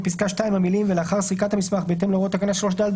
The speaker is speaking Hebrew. בפסקה (2) המילים "ולאחר סריקת המסמך בהתאם להוראות תקנה 3(ד),